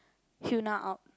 Hyuna out